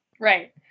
Right